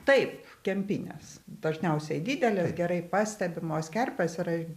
taip kempinės dažniausiai didelės gerai pastebimos kerpės yra